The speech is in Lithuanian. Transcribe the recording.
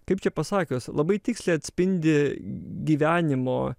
kaip čia pasakius labai tiksliai atspindi gyvenimo